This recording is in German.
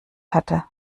hatte